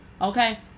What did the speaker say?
Okay